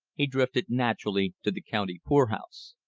he drifted naturally to the county poorhouse.